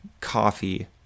coffee